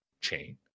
chain